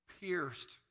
pierced